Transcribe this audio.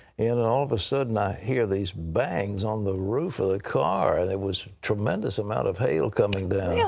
and all of a sudden i hear these bangs on the roof of the car. and it was a tremendous amount of hail coming down. yeah